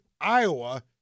Iowa